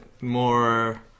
more